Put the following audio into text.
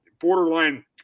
borderline